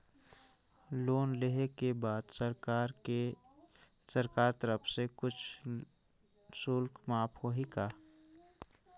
Loan लेहे के बाद सरकार कर तरफ से कुछ शुल्क माफ होही का?